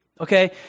Okay